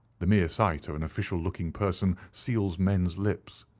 the mere sight of an official-looking person seals men's lips.